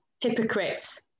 hypocrites